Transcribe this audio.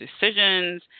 decisions